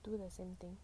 do the same thing